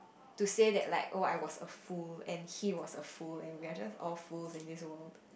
to say that like oh I was a fool and he was a fool and we are just all fools in this world